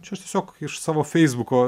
čia aš tiesiog iš savo feisbuko